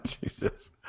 Jesus